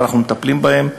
ואנחנו מטפלים בהם.